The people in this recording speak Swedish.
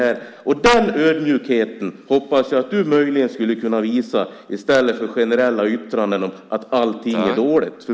Den ödmjukheten hoppas jag att du möjligen skulle kunna visa i stället för generella yttranden om att allting är dåligt.